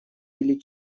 или